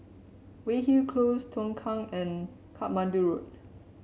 Weyhill Close Tongkang and Katmandu Road